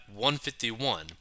151